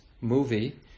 movie